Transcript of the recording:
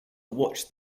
watch